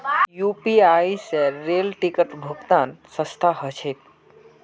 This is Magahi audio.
यू.पी.आई स रेल टिकट भुक्तान सस्ता ह छेक